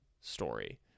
story